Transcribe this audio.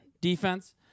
defense